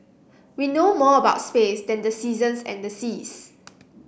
we know more about space than the seasons and seas